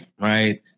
right